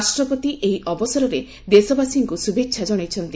ରାଷ୍ଟ୍ରପତି ଏହି ଅବସରରେ ଦେଶବାସୀଙ୍କୁ ଶୁଭେଚ୍ଛା ଜଣାଇଛନ୍ତି